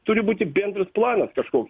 turi būti bendras planas kažkoks